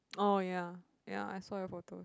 oh ya ya I saw your photos